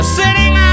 sitting